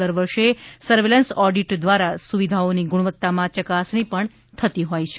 દર વર્ષે surveillance audit દ્વારા સુવિધાઓની ગુણવત્તામાં ચકાસણી પણ થતી હોય છે